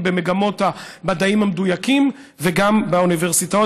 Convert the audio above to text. במגמות המדעים המדויקים וגם באוניברסיטאות.